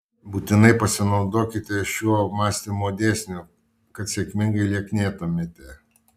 būtinai pasinaudokite šiuo mąstymo dėsniu kad sėkmingai lieknėtumėte